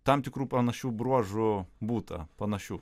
tam tikrų panašių bruožų būta panašių